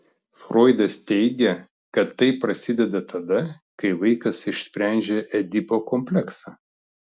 froidas teigė kad tai prasideda tada kai vaikas išsprendžia edipo kompleksą